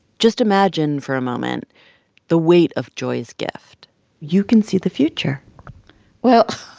just imagine for a moment the weight of joy's gift you can see the future well,